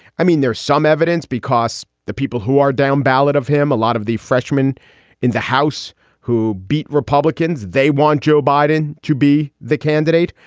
i mean, there's some evidence because the people who are down-ballot of him, a lot of the freshmen in the house who beat republicans, they want joe biden to be the candidate.